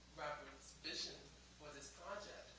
vision for this project.